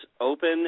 open